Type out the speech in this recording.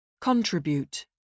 Contribute